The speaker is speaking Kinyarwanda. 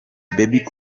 bebe